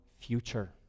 future